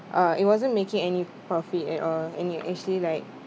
uh it wasn't making any profit at all and you actually like